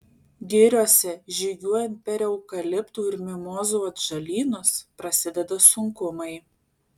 giriose žygiuojant per eukaliptų ir mimozų atžalynus prasideda sunkumai